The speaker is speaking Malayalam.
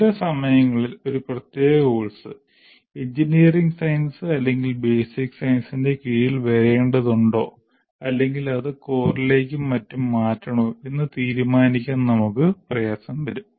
ചില സമയങ്ങളിൽ ഒരു പ്രത്യേക കോഴ്സ് 'എഞ്ചിനീയറിംഗ് സയൻസ്' അല്ലെങ്കിൽ 'ബേസിക് സയൻസ്' ൻറെ കീഴിൽ വരേണ്ടതുണ്ടോ അല്ലെങ്കിൽ അത് core ലേക്കും മറ്റും മാറ്റണോ എന്ന് തീരുമാനിക്കാൻ നമുക്ക് പ്രയാസം വരും